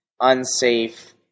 unsafe